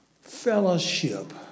Fellowship